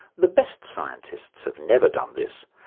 the best scientists have never done this,